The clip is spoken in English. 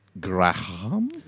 Graham